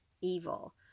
evil